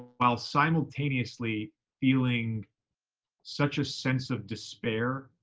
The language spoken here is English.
while simultaneously feeling such a sense of despair,